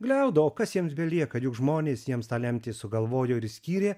gliaudo o kas jiems belieka juk žmonės jiems tą lemtį sugalvojo ir skyrė